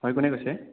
হয় কোনে কৈছে